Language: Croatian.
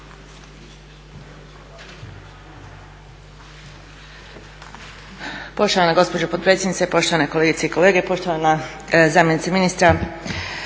Hvala.